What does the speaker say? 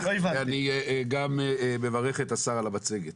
אני גם מברך את השר על המצגת.